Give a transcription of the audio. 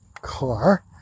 car